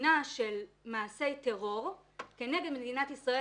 בחינה של מעשי טרור כנגד מדינת ישראל